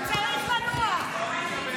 (קורא בשמות חברי הכנסת) משה